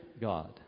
God